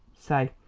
say,